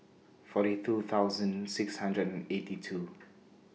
forty two thousand six hundred and eighty two